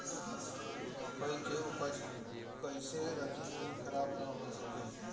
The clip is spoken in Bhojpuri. मकई के उपज कइसे रखी की खराब न हो सके?